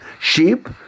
sheep